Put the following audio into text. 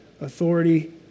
authority